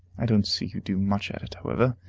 i don't see you do much at it, however.